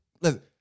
Listen